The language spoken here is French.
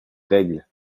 règle